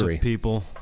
people